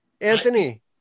Anthony